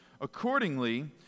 Accordingly